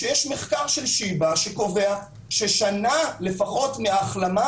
שיש מחקר של שיבא שקובע ששנה לפחות מההחלמה